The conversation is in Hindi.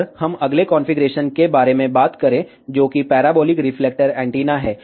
अब हम अगले कॉन्फ़िगरेशन के बारे में बात करेंगे जो कि पैराबोलिक रिफ्लेक्टर एंटीना है